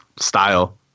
style